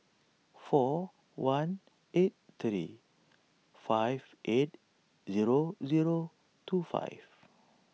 four one eight thirty five eight zero zero two five